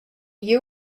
you